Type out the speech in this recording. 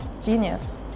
Genius